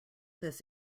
this